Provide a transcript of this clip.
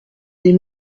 des